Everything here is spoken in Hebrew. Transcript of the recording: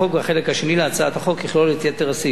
והחלק השני של הצעת החוק יכלול את יתר הסעיפים.